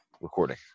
recording